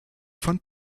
von